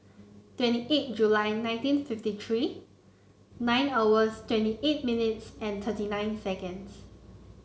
twenty eight July nineteen fifty three nine hours twenty eight minutes and thirty nine seconds